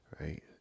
right